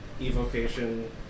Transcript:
evocation